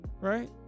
right